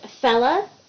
Fella